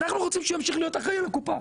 אנחנו רוצים שימשיך להיות אחראים על הקופה,